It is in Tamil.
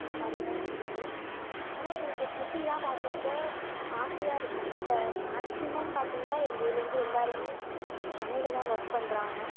இந்த மாதிரி தான் இருக்குது ஆனால் எங்களுக்கு சிட்டி தான் பார்க்குறப்ப ஆசையாக இருக்கும் இப்போ மேக்சிமம் பார்த்திங்கன்னா எங்கள் ஊர்லிருந்து எல்லோருமே சென்னையில் தான் ஒர்க் பண்ணுறாங்க